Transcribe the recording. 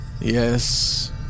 Yes